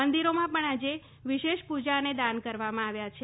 મંદિરોમાં પણ આજે વિશેષ પૂજા અને દાન કરવામાં આવ્યાં છે